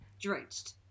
drenched